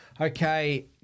Okay